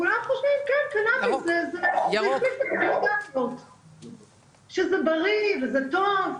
הוא שכולם חושבים שזה בריא וזה טוב,